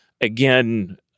Again